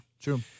True